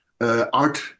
art